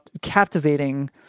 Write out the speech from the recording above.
captivating